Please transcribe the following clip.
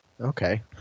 Okay